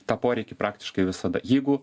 tą poreikį praktiškai visada jeigu